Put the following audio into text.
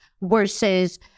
versus